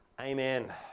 Amen